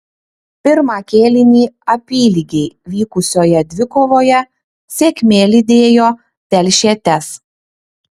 pirmą kėlinį apylygiai vykusioje dvikovoje sėkmė lydėjo telšietes